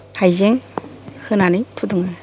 हायजें होनानै फुदुङो